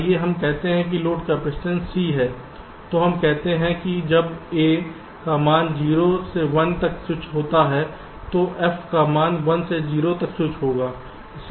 आइए हम कहते हैं कि लोड कैपेसिटेंस C है तो हम कहते हैं कि जब A का मान 0 से 1 तक स्विच होता है तो F का मान 1 से 0 तक स्विच होगा